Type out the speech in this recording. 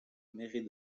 mairie